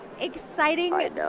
exciting